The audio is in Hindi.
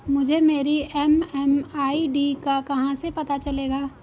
मुझे मेरी एम.एम.आई.डी का कहाँ से पता चलेगा?